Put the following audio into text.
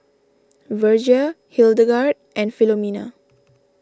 Virgia Hildegard and Filomena